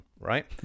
right